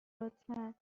لطفا